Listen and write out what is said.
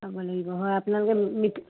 চাব লাগিব হয় আপোনালোকে মিট